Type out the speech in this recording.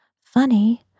Funny